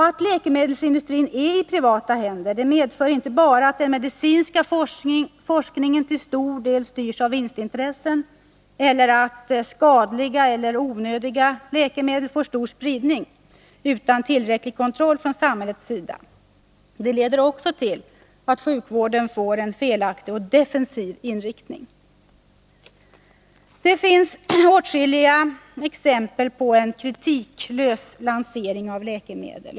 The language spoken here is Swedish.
Att läkemedelsindustrin är i privata händer medför inte bara att den medicinska forskningen till stor del styrs av vinstintressen eller att skadliga resp. onödiga läkemedel får stor spridning utan tillräcklig kontroll från samhällets sida. Det leder också till att sjukvården får en felaktig och defensiv inriktning. Det finns åtskilliga exempel på kritiklös lansering av läkemedel.